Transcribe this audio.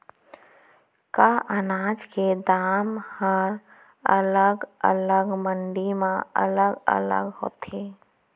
का अनाज के दाम हा अलग अलग मंडी म अलग अलग होथे?